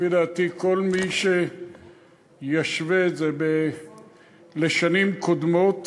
לפי דעתי, כל מי שישווה את זה לשנים קודמות